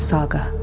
Saga